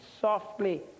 softly